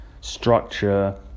structure